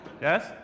Yes